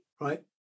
right